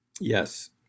yes